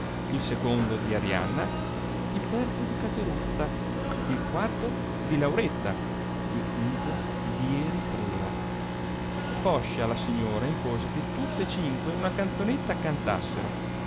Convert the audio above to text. il secondo di arianna il terzo di cateruzza il quarto di lauretta il quinto di eritrea poscia la signora impose che tutte cinque una canzonetta cantassero